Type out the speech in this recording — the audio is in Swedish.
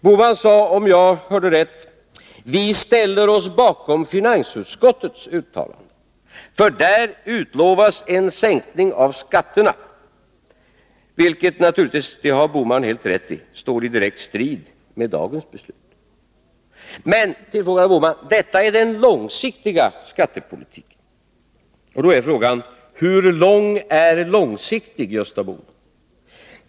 Gösta Bohman sade, om jag hörde rätt: Vi ställer oss bakom finansutskottets uttalande, för där utlovas en sänkning av skatterna. Detta står naturligtvis — det har Gösta Bohman helt rätt i — direkt i strid med dagens beslut. Men, tillfogade herr Bohman, detta är den långsiktiga skattepolitiken. Och då är frågan: Hur lång är ”långsiktig” skattepolitik, Gösta Bohman?